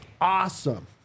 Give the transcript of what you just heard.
awesome